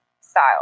style